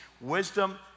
wisdom